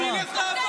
מה זה "כיבדו אותנו"?